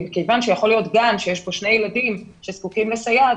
כיוון שיכול להיות גם שיש שני ילדים פה שזקוקים לסייעת